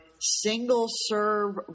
single-serve